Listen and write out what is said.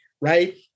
right